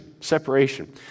separation